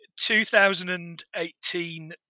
2018